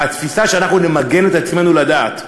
והתפיסה שאנחנו נמגן את עצמנו לדעת,